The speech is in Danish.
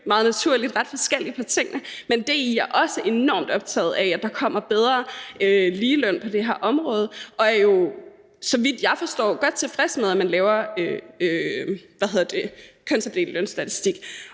meget naturligt ret forskelligt på tingene, men DI er også enormt optaget af, at der kommer bedre ligeløn på det her område, og de er jo, så vidt jeg forstår det, godt tilfredse med, at man har kønsopdelt lønstatistik.